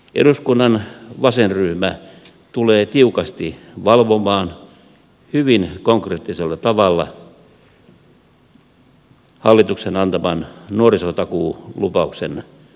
eduskunnan vasenryhmä tulee tiukasti valvomaan hyvin konkreettisella tavalla hallituksen antaman nuorisotakuulupauksen toteuttamista